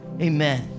Amen